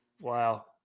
Wow